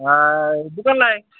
हा दुकानला आहे